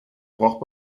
braucht